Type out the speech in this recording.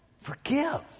forgive